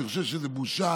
אני חושב שזו בושה